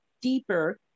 deeper